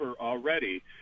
already